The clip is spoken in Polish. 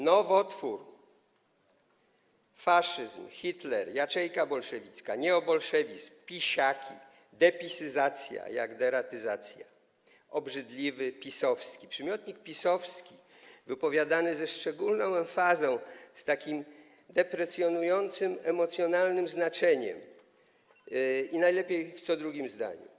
nowotwór, faszyzm, Hitler, jaczejka bolszewicka, neobolszewizm, pisiaki, depisyzacja (jak deratyzacja), obrzydliwy PiS-owski - przymiotnik „PiS-owski” wypowiadany ze szczególną emfazą, z takim deprecjonującym, emocjonalnym znaczeniem i najlepiej w co drugim zdaniu.